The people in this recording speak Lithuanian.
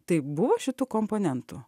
taip buvo šitų komponentų